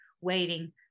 waiting